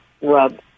rub